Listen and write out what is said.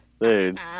Dude